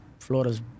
Florida's